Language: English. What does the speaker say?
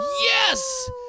Yes